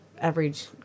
average